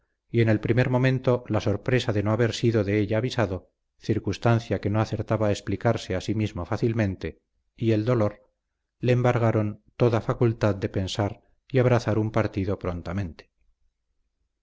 y en el primer momento la sorpresa de no haber sido de ella avisado circunstancia que no acertaba a explicarse a sí mismo fácilmente y el dolor le embargaron toda facultad de pensar y abrazar un partido prontamente